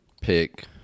pick